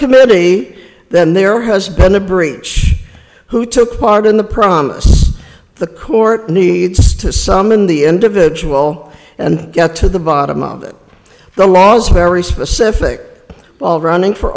committee then there has been the breach who took part in the promise the court needs to summon the individual and get to the bottom of it the laws are very specific all running for